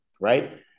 right